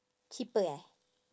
cheaper eh